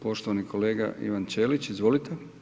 Poštovani kolega Ivan Ćelić, izvolite.